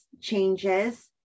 changes